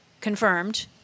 confirmed